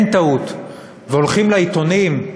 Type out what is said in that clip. הולכים לעיתונים,